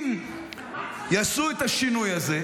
אם יעשו את השינוי הזה,